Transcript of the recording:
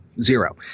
zero